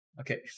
Okay